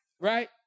Right